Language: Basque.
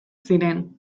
ziren